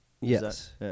Yes